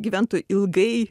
gyventų ilgai